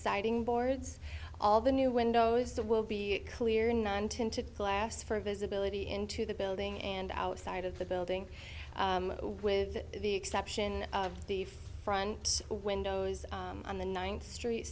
siding boards all the new windows that will be clear nine tinted glass for visibility into the building and outside of the building with the exception of the front windows on the ninth street